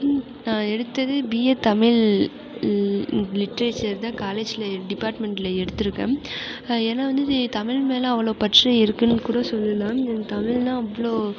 நான் எடுத்தது BA Tamil literature தான் காலேஜில் டிப்பார்ட்மெண்ட்டில் எடுத்துயிருக்கேன் ஏன்னா வந்து தமிழ் மேலே அவ்வளோ பற்று இருக்குன்னு கூட சொல்லலாம் தமிழ்ன்னா அவ்வளோ